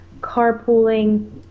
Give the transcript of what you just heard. carpooling